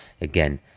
again